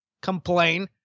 complain